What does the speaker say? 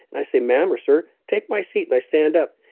and i say, ma'am or sir, take my seat. i stand up.